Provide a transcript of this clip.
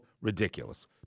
ridiculous